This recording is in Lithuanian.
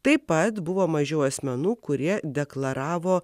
taip pat buvo mažiau asmenų kurie deklaravo